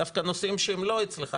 דווקא נושאים שהם לא אצלך.